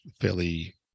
fairly